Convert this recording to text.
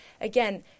again